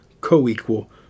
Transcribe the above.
co-equal